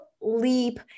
leap